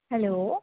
hello